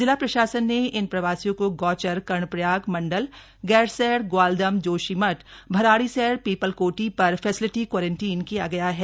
जिला प्रशासन ने इन प्रवासियों को गौचर कर्णप्रयाग मंडल गैरसैंण ग्वालदम जोशीमठ भराड़ीसैंण पीपलकोटी पर फैसिलिटी क्वारंटीन किया गया है